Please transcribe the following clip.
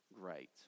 great